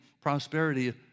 prosperity